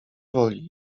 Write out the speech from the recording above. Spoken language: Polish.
woli